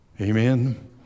amen